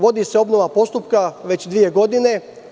Vodi se obnova postupka već dve godine.